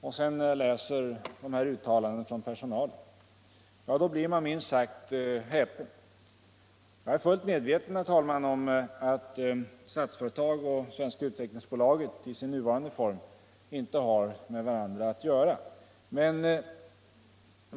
och sedan läser detta uttalande från personalen vid Samefa, ja, då blir man minst sagt häpen. Jag är fullt medveten om, herr talman, att Statsföretag och Svenska Utvecklingsaktiebolaget i sin nuvarande form inte har med varandra att göra.